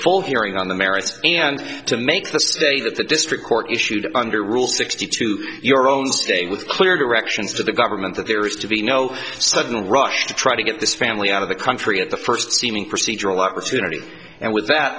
full hearing on the merits and to make the state of the district court issued under rule sixty two your own state with clear directions to the government that there is to be no sudden rush to try to get this family out of the country at the first seeming procedural opportunity and with that